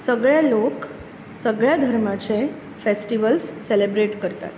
सगळे लोक सगळ्या धर्माचे फॅस्टीवल्स सॅलेब्रेट करतात